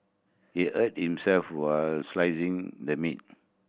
he hurt himself while slicing the meat